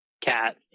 cat